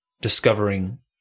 discovering